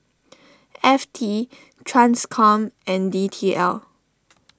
F T Transcom and D T L